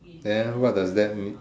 then what does that mean